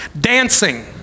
dancing